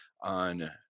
on